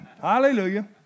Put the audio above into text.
Hallelujah